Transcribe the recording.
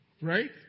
Right